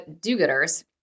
do-gooders